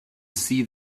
see